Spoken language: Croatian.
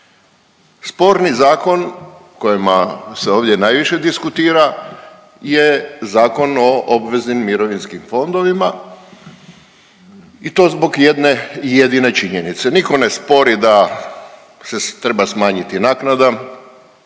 Sporni zakon kojima se ovdje najviše diskutira je Zakon o obveznim mirovinskim fondovima i to zbog jedne i jedine činjenice. Nitko ne spori da se treba smanjiti naknada,